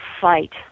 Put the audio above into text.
fight